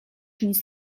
nic